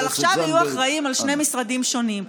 אבל עכשיו יהיו אחראים שני משרדים שונים.